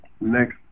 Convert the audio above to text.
next